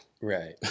right